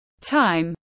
time